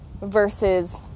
versus